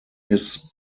his